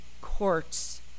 courts